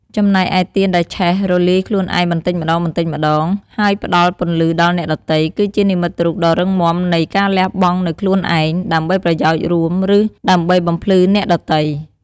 ចំណែកឯទៀនដែលឆេះ រលាយខ្លួនឯងបន្តិចម្តងៗ ហើយផ្តល់ពន្លឺដល់អ្នកដទៃ គឺជានិមិត្តរូបដ៏រឹងមាំនៃ ការលះបង់នូវខ្លួនឯង ដើម្បីប្រយោជន៍រួម ឬដើម្បីបំភ្លឺអ្នកដទៃ។